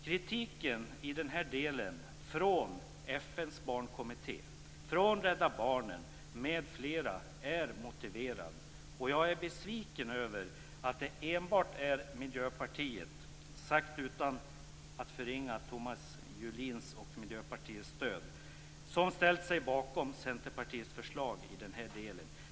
Kritiken i denna del från FN:s barnkommitté, från Rädda Barnen m.fl. är motiverad. Jag är besviken över att det enbart är Miljöpartiet - och detta sagt utan att förringa Thomas Julins och Miljöpartiets stöd - som har ställt sig bakom Centerpartiets förslag i denna del.